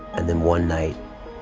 and then one night